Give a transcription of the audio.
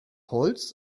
holz